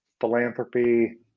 philanthropy